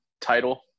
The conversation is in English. title